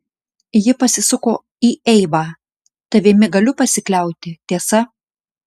ji pasisuko į eivą tavimi galiu pasikliauti tiesa